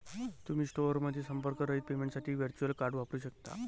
तुम्ही स्टोअरमध्ये संपर्करहित पेमेंटसाठी व्हर्च्युअल कार्ड वापरू शकता